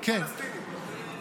--- פלסטינים, ערבים.